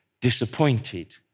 disappointed